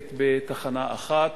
נפסקת בתחנה אחת.